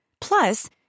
Plus